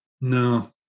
No